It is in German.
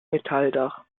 metalldach